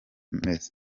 ameze